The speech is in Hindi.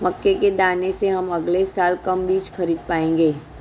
मक्के के दाने से हम अगले साल कम बीज खरीद पाएंगे